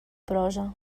prosa